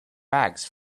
bags